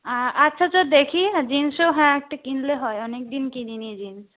আচ্ছা আচ্ছা দেখি আর জিন্সেও হ্যাঁ একটা কিনলে হয় অনেকদিন কিনিনি জিন্স